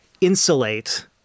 insulate